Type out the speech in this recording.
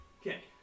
Okay